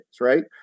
right